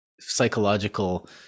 psychological